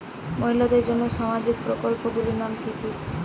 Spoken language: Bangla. মহিলাদের জন্য সামাজিক প্রকল্প গুলির নাম কি কি?